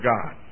God